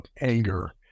anger